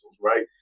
right